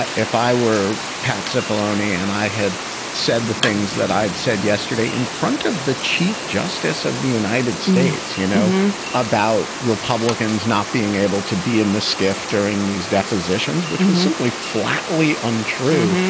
if i were patz's boloney and i had said the things that i had said yesterday in front of the chief justice of the united states, you know, about republicans not being able to be in the skiff during these depositions, which was simply, flatly untrue.